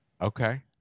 Okay